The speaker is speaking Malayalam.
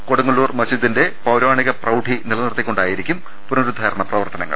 കൊടുങ്ങല്ലൂർ മസ്ജി ദിന്റെ പൌരാണിക പ്രൌഢി നിലനിർത്തിക്കൊണ്ടായിരിക്കും പുനരു ദ്ധാരണ പ്രവർത്തനങ്ങൾ